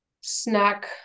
snack